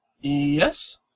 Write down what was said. Yes